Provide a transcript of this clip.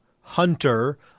hunter